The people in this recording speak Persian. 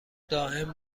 دائم